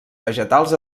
vegetals